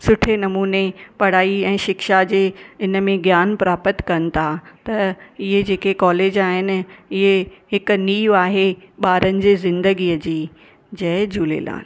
सुठे नमूने पढ़ाई ऐं शिक्षा जे इनमें ज्ञान प्राप्त कनि था त इहे जेके कॉलेज आहिनि इहे हिकु नीव आहे ॿारनि जे ज़िंदगीअ जी जय झूलेलाल